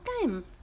time